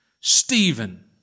Stephen